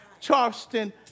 Charleston